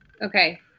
Okay